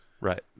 Right